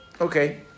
Okay